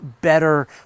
better